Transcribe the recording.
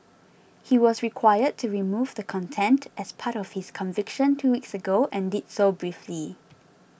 he was required to remove the content as part of his conviction two weeks ago and did so briefly